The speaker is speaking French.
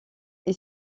est